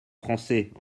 français